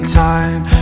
time